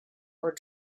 were